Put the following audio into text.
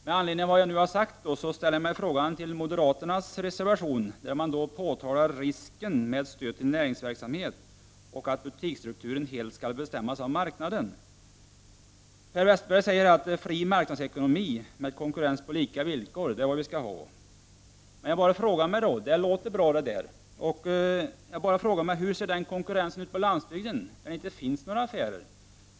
Med anledning av vad jag nu har sagt ställer jag mig frågande till moderaternas reservation. Man påtalar risken med stöd till näringsverksamhet och hävdar att butiksstrukturen helt skall bestämmas av marknaden. Per Westerberg säger att vi skall ha en fri marknadsekonomi med konkurrens på lika villkor. Det låter bra. Jag frågar mig dock hur den konkurrensen ser ut på landsbygden, där det inte finns några affärer.